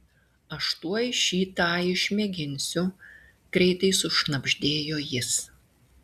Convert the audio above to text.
aš tuoj šį tą išmėginsiu greitai sušnabždėjo jis